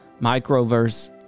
microverse